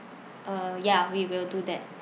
uh ya we will do that